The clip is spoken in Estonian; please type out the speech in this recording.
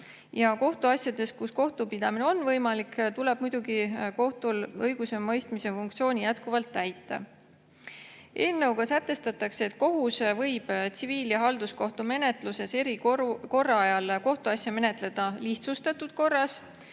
Kohtuasjades, kus kohtupidamine on võimalik, tuleb muidugi kohtul õigusemõistmise funktsiooni jätkuvalt täita. Eelnõuga sätestatakse, et kohus võib tsiviil- ja halduskohtumenetluses erikorra ajal kohtuasja menetleda lihtsustatud korras.